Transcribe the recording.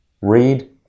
Read